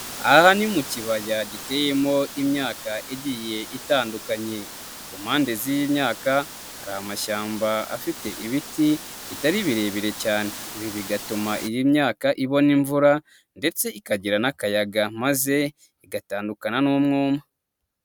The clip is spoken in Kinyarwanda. Aha ni mu kibaya giteyemo imyaka igiye itandukanye, ku mpande z'iyi myaka, hari amashyamba afite ibiti bitari birebire cyane, ibi bigatuma iyi myaka ibona imvura ndetse ikagira n'akayaga, maze igatandukana n'umwuma.